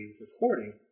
recording